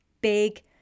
big